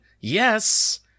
yes